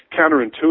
counterintuitive